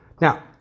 Now